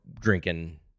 drinking